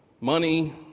Money